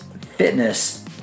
Fitness